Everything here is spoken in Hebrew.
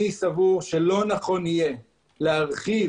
אני סבור שלא נכון יהיה להרחיב